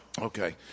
Okay